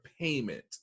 payment